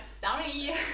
Sorry